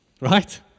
right